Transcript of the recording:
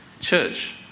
Church